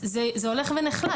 זה הולך ונחלש.